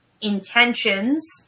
intentions